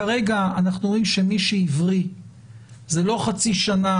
כרגע אנחנו אומרים שמי שהבריא זה לא חצי שנה